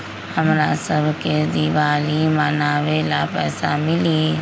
हमरा शव के दिवाली मनावेला पैसा मिली?